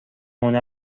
هنر